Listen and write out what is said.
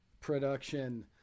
production